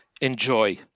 enjoy